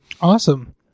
Awesome